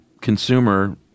consumer